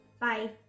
Bye